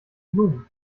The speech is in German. blumen